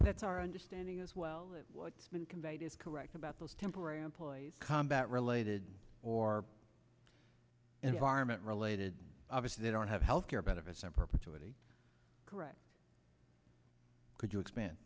that's our understanding as well that what's been conveyed is correct about those temporary employees combat related or environment related obviously they don't have health care benefits and perpetuity correct could you expand